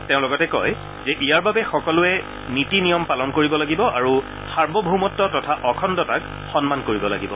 তেওঁ লগতে কয় যে ইয়াৰ বাবে সকলোৱে নীতি নিয়ম পালন কৰিব লাগিব আৰু সাৰ্বভৌমত্ব তথা অখণ্ডতাক সন্মান কৰিব লাগিব